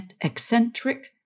eccentric